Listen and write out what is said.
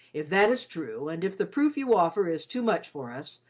if that is true, and if the proof you offer is too much for us,